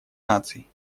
наций